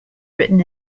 written